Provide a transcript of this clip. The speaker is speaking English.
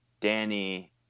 Danny